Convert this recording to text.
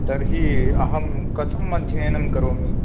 तर्हि अहं कथम् अध्ययनं करोमि